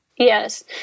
Yes